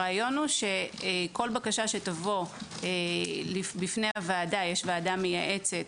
הרעיון הוא שכל בקשה שתבוא בפני הוועדה יש ועדה מייעצת